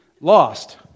lost